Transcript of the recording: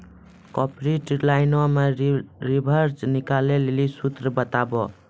corporate लाइनो मे leverage निकालै लेली सूत्र बताबो